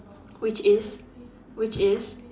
which is which is